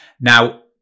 Now